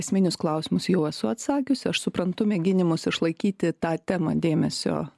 esminius klausimus jau esu atsakiusi aš suprantu mėginimus išlaikyti tą temą dėmesio